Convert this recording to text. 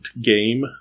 game